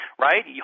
right